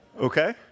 Okay